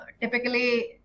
Typically